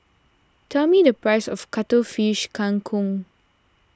tell me the price of Cuttlefish Kang Kong